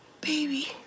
baby